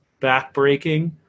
backbreaking